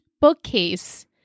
bookcase